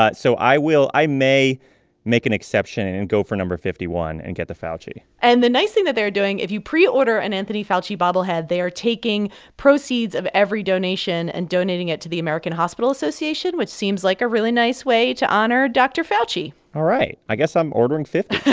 but so i will i may make an exception and and go for no. fifty one and get the fauci and the nice thing that they're doing if you preorder an anthony fauci bobblehead, they are taking proceeds of every donation and donating it to the american hospital association, which seems like a really nice way to honor dr. fauci all right. i guess i'm ordering fifty